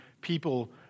people